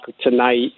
tonight